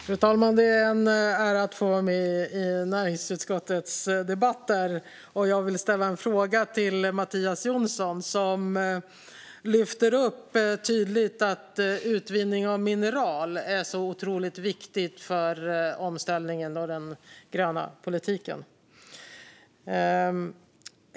Fru talman! Det är en ära att få vara med i näringsutskottets debatter, och jag vill ställa en fråga till Mattias Jonsson som tydligt lyfter upp att utvinning av mineral är så otroligt viktigt för den gröna omställningen.